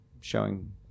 showing